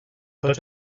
tots